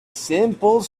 simple